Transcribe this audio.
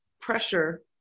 pressure